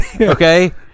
Okay